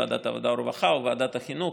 ועדת העבודה ורווחה או ועדת החינוך.